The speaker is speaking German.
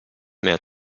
mehr